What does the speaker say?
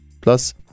plus